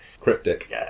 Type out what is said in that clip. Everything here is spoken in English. Cryptic